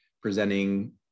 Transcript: presenting